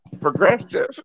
progressive